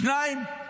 שתיים: